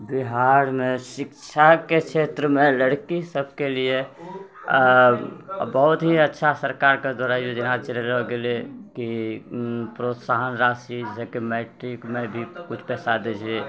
बिहारमे शिक्षाके क्षेत्रमे लड़की सबके लिए बहुत ही अच्छा सरकारके द्वारा योजना चलाएल गेलै कि प्रोत्साहन राशि जेकि मैट्रिकमे भी किछु पइसा दै छै